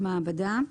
"מעבדה"